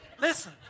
listen